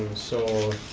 so,